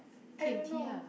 I don't know